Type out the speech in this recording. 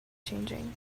changing